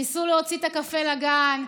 ניסו להוציא את הקפה לגן,